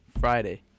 Friday